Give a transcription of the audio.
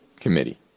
committee